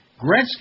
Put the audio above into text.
Gretzky